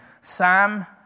Sam